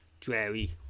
dreary